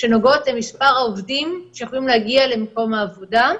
שנוגעות למספר העובדים שיכולים להגיע למקום העבודה.